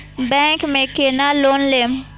Bank में केना loan लेम?